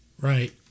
Right